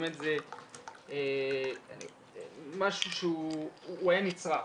באמת משהו שהוא היה נצרך.